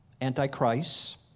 antichrist